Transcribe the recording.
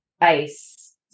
ice